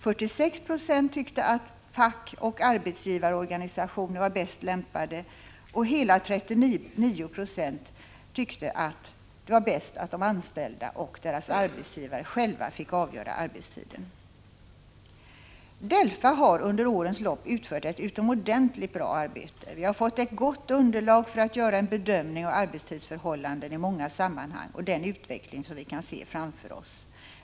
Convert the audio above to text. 46 96 tyckte att fackoch arbetsgivarorganisationer var bäst lämpade. Och hela 39 96 tyckte att det var bäst att de anställda och deras arbetsgivare själva fick avgöra arbetstiden. DELFA har under årens lopp utfört ett utomordentligt bra arbete. Vi har fått ett gott underlag för att göra en bedömning av arbetstidsförhållanden i många sammanhang och den utveckling som vi kan se framför oss.